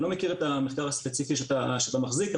אני לא מכיר את המחקר הספציפי שאתה מחזיק,